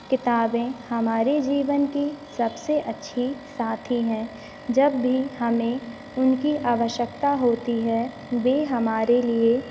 किताबें हमारे जीवन की सबसे अच्छी साथी हैं जब भी हमें उनकी आवश्यकता होती है वे हमारे लिए